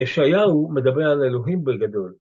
ישעיהו מדבר על אלוהים בגדול.